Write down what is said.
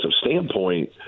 standpoint